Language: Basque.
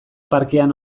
parkean